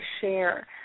share